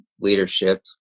leadership